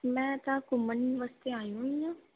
ਮੈਂ ਤਾਂ ਘੁੰਮਣ ਵਾਸਤੇ ਆਈ ਹੋਈ ਹਾਂ